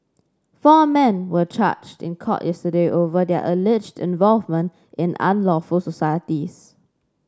four men were charged in court yesterday over their alleged involvement in unlawful societies